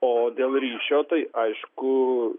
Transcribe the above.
o dėl ryšio tai aišku